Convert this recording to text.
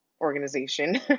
organization